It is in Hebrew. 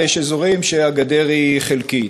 ויש אזורים שהגדר היא חלקית.